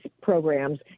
programs